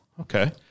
Okay